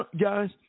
guys